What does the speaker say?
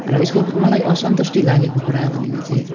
र यसको मलाई असन्तुष्टि लागेको कुरा भनेको चाहिँ